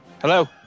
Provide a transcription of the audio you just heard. Hello